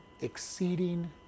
exceeding